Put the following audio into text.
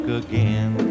again